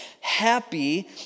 happy